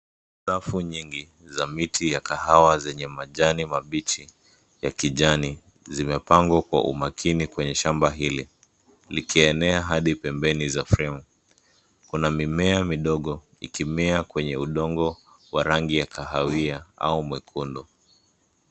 Rafu nyingi, za miti ya kahawa zenye majani mabichi, ya kijani, zimepangwa kwa umakini kwenye shamba hili, likienea hadi pembeni za fremu, kuna mimea midogo, ikimea kwenye udongo, wa rangi ya kahawia, au mwekundu.